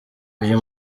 uyu